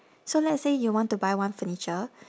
so let's say you want to buy one furniture